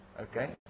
Okay